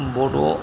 बड'